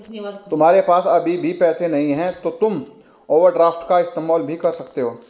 तुम्हारे पास अभी पैसे नहीं है तो तुम ओवरड्राफ्ट का इस्तेमाल भी कर सकते हो